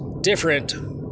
different